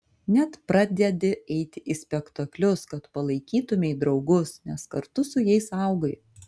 net pradedi eiti į spektaklius kad palaikytumei draugus nes kartu su jais augai